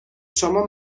شما